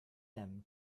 them